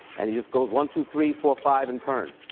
and he just goes one, two, three, four, five, and turn.